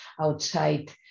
outside